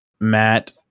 matt